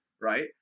right